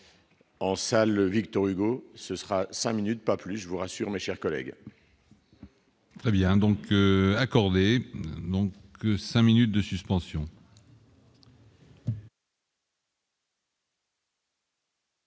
en salle Victor-Hugo, ce sera 5 minutes pas plus, je vous rassure, mes chers collègues. Très bien donc accordé que 5 minutes de suspension.